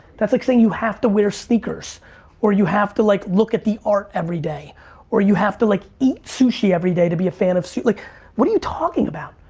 that's like saying you have to wear sneakers or you have to like look at the art everyday or you have to like eat sushi everyday to be a fan of su, like what are you talking about?